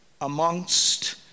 amongst